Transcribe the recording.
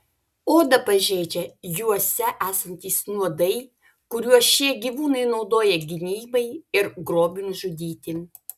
odą pažeidžia juose esantys nuodai kuriuos šie gyvūnai naudoja gynybai ir grobiui nužudyti